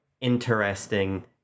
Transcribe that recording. interesting